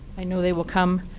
i know they will come.